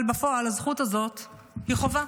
אבל בפועל הזכות הזאת היא חובה.